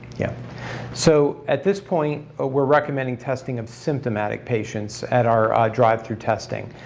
yeah so at this point ah we're recommending testing of symptomatic patients at our drive-through testing.